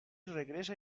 regresa